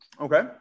Okay